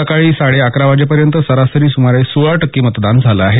सकाळी साडे अकरा वाजेपर्यंत सरासरी सुमारे सोळा टक्के मतदान झालं आहे